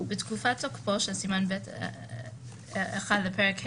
בתקופת תוקפו של סימן ב'1 לפרק ה'